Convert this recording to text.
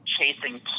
chasing